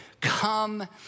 come